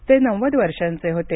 ते नव्वद वर्षांचे होते